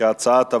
כהצעת הוועדה,